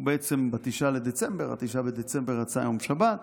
הוא בעצם ב-9 בדצמבר, 9 בדצמבר יצא יום שבת.